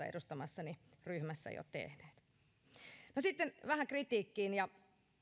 edustamassani ryhmässä jo tehneet no sitten vähän kritiikkiin ja